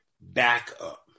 backup